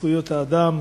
לזכויות האדם.